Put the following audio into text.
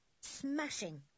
Smashing